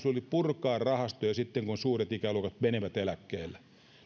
oli purkaa rahastoja sitten kun suuret ikäluokat menevät eläkkeelle